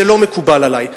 זה לא מקובל עלי.